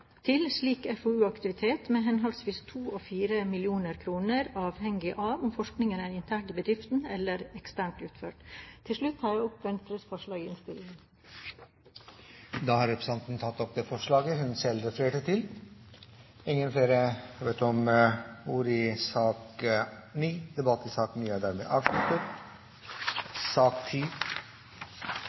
til slik FoU-aktivitet med henholdsvis 2 mill. kr og 4 mill. kr, avhengig av om forskningen er internt i bedriften eller eksternt utført. Til slutt tar jeg opp Venstres forslag i innstillingen. Representanten Borghild Tenden har tatt opp de forslagene hun refererte til. Flere har ikke bedt om ordet til sak